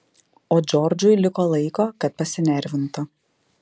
o džordžui liko laiko kad pasinervintų